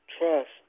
trust